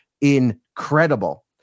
incredible